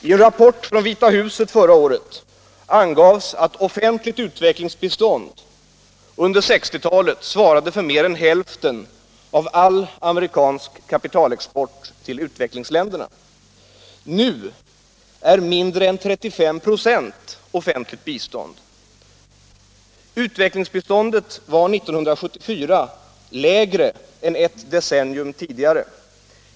I en rapport från Vita huset förra året angavs att offentligt utvecklingsbistånd under 1960-talet svarade för mer än hälften av all amerikansk kapitalexport till utvecklingsländer. Nu är mindre än 35 96 offentligt bistånd. Utvecklingsbiståndet var 1974 lägre än ett decennium tidigare.